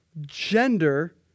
gender